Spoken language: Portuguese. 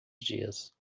dias